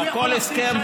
בכל הסכם,